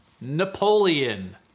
Napoleon